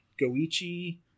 Goichi